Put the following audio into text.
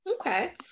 Okay